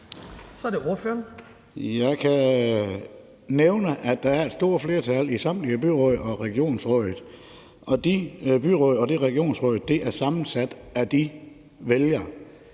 Jeg kan nævne, at der er et stort flertal i samtlige byråd og i regionsrådet, og de byråd og det regionsråd er sammensat af de vælgere,